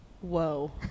Whoa